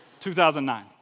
2009